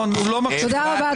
תודה רבה,